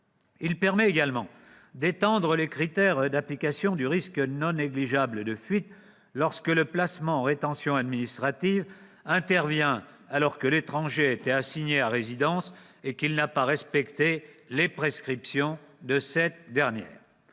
permet également d'étendre les critères d'appréciation du risque non négligeable de fuite lorsque le placement en rétention administrative intervient alors que l'étranger était assigné à résidence et qu'il n'a pas respecté les prescriptions de cette dernière.